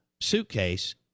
suitcase